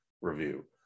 review